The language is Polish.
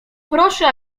proszę